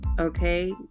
Okay